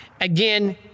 Again